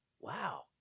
Wow